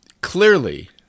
clearly